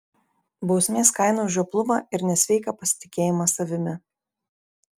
bausmės kaina už žioplumą ir nesveiką pasitikėjimą savimi